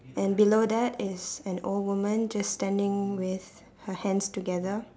and below that is an old women just standing with her hands together